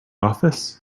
office